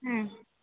হুম